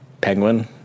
Penguin